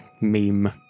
meme